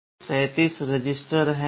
कुल 37 रजिस्टर हैं